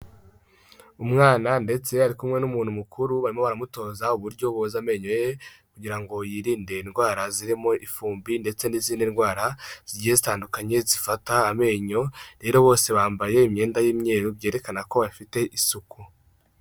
Umwana ndetse ari kumwe n'umuntu mukuru, barimo baramutoza uburyo boza amenyo ye kugira ngo yirinde indwara zirimo ifumbi ndetse n'izindi ndwara zigiye zitandukanye zifata amenyo, rero bose bambaye imyenda y'umweruru, byerekana ko bafite isuku.